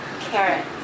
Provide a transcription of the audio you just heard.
Carrot